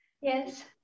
Yes